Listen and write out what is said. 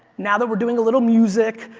now that we're doing a little music,